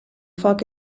foc